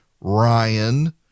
Ryan